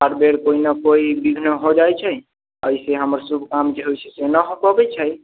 हर बेर कोइ ने कोइ विघ्न हो जाइत छै एहिसे हमर शुभ काम जे होइत छै से नहि हो पबैत छै